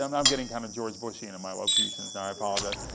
um i'm getting kind of george bush-yin and my elocutions, and i apologize.